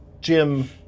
Jim